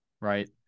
Right